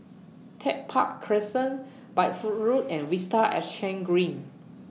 Tech Park Crescent Bideford Road and Vista Exhange Green